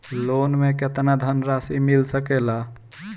Loan मे केतना धनराशी मिल सकेला?